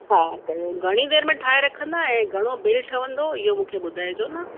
हा त घणी देरि में ठाहे रखंदा ऐं घणो बिल ठहंदो इहो मूंखे ॿुधाइजो न